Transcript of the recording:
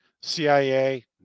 CIA